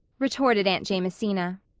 retorted aunt jamesina,